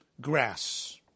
grass